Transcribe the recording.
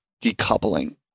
decoupling